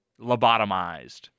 lobotomized